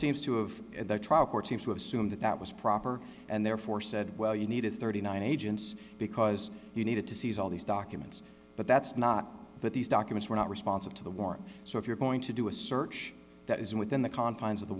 seems to of the trial court seems to assume that that was proper and therefore said well you needed thirty nine agents because you needed to seize all these documents but that's not but these documents were not responsive to the warrant so if you're going to do a search that isn't within the confines of the